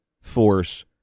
force